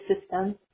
system